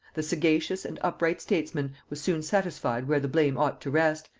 the sagacious and upright statesman was soon satisfied where the blame ought to rest,